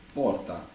porta